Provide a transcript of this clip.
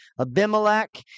Abimelech